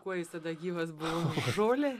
kuo jis tada gyvas buvom žolė